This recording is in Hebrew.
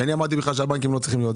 אני אמרתי שהבנקים בכלל לא צריכים להיות.